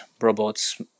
robots